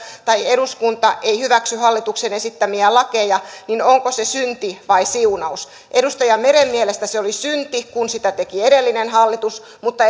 tai eduskunta ei hyväksy hallituksen esittämiä lakeja synti vai siunaus edustaja meren mielestä se oli synti kun sitä teki edellinen hallitus mutta